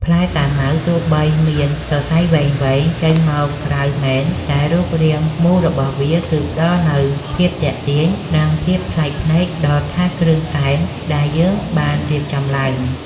ផ្លែសាវម៉ាវទោះបីមានសសៃវែងៗចេញមកក្រៅមែនតែរូបរាងមូលរបស់វាគឺផ្តល់នូវភាពទាក់ទាញ និង ភាពប្លែកភ្នែកដល់ថាសគ្រឿងសែនដែលយើងបានរៀបចំឡើង។